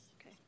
Okay